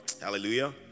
Hallelujah